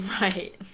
Right